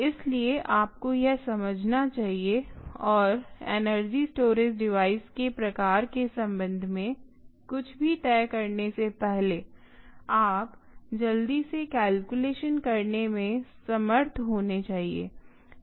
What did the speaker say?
इसलिए आपको यह समझना चाहिए और एनर्जी स्टोरेज डिवाइस के प्रकार के संबंध में कुछ भी तय करने से पहले आप जल्दी से कैलकुलेशन करने मे समर्थ होने चाहिए